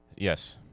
Yes